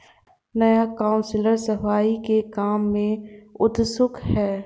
नया काउंसलर सफाई के काम में उत्सुक है